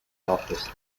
office